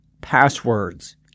passwords